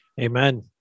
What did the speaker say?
Amen